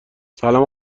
سلام